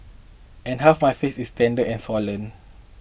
and half my face is tender and swollen